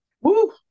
Woo